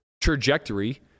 trajectory